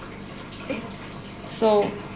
so